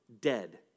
dead